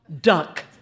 Duck